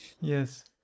yes